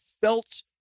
felt